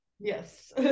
Yes